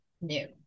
new